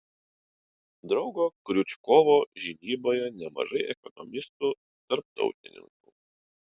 draugo kriučkovo žinyboje nemažai ekonomistų tarptautininkų